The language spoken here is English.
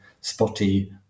spotty